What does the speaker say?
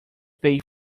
pay